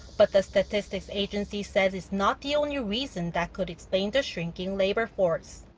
but the statistics agency says it's not the only reason that could explain the shrinking labor force.